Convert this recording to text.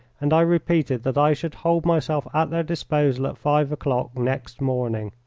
and i repeated that i should hold myself at their disposal at five o'clock next morning.